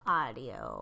audio